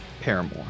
Paramore